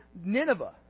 Nineveh